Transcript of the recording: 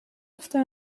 after